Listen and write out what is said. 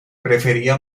prefería